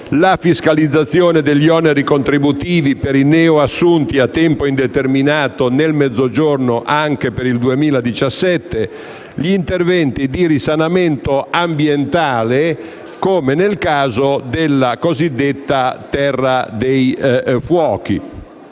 la fiscalizzazione degli oneri contributivi per i neoassunti a tempo indeterminato nel Mezzogiorno anche per il 2017, gli interventi di risanamento ambientale come nel caso della cosiddetta terra dei fuochi.